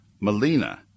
Melina